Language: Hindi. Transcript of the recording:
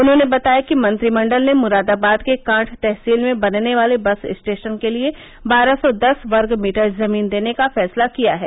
उन्होंने बताया कि मंत्रिमण्डल ने मुरादाबाद के कांठ तहसील में बनने वाले बस स्टेशन के लिये बारह सौ दस वर्ग मीटर जमीन देने का फैसला किया है